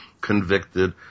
convicted